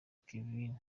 kevin